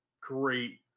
great